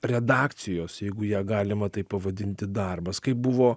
redakcijos jeigu ją galima taip pavadinti darbas kaip buvo